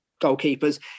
goalkeepers